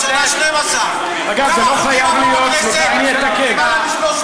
12. כמה חוקים עברו בכנסת?